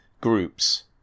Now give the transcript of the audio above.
groups